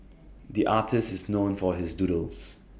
the artist is known for his doodles